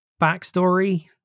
backstory